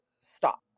Stop